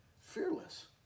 fearless